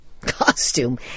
costume